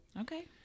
Okay